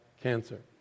cancer